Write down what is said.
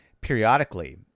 periodically